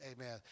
Amen